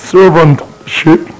Servantship